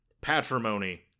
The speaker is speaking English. patrimony